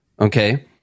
Okay